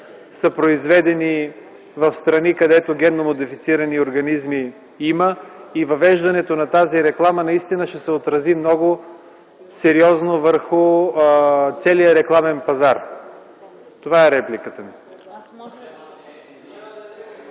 са произведени в страни, където има генномодифицирани организми. Въвеждането на тази реклама наистина ще се отрази много сериозно върху целия рекламен пазар. Това е репликата ми.